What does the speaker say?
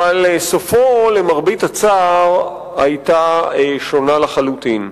אבל סופו, למרבה הצער, היה שונה לחלוטין.